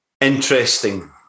Interesting